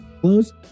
close